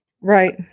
Right